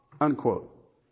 Unquote